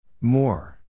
More